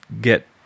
get